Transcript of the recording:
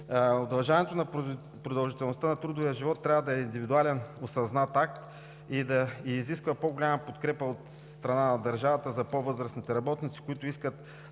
Удължаването на продължителността на трудовия живот трябва да е индивидуален, осъзнат акт и да изисква по-голяма подкрепа от страна на държавата за по-възрастните работници, които искат